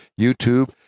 YouTube